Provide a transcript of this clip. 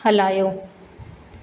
हलायो